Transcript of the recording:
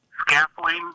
scaffolding